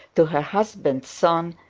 to her husband's son,